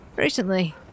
recently